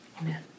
Amen